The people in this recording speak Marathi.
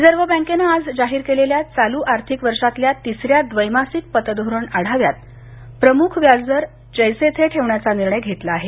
रिझर्व बँकेनं आज जाहीर केलेल्या चालू आर्थिक वर्षातल्या तिसऱ्या द्वैमासिक पतधोरण आढाव्यात प्रमुख व्याजदर जैसे थे ठेवण्याचा निर्णय घेतला आहे